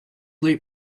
late